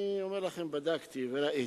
אני אומר לכם, בדקתי וראיתי,